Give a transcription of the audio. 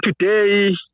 today